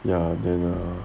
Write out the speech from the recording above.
ya then uh